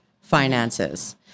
finances